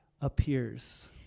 appears